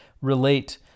relate